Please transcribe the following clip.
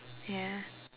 ya